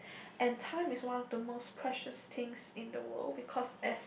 and time is one of the most precious things in the world because as